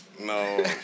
No